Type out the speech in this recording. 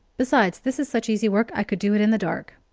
besides, this is such easy work i could do it in the dark.